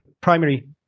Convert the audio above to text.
primary